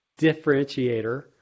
differentiator